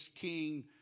king